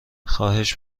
خواهش